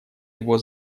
его